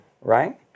Right